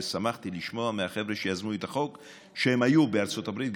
שמחתי לשמוע מהחבר'ה שיזמו את החוק שהם היו בארצות הברית,